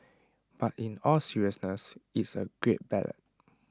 but in all seriousness it's A great ballad